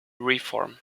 reform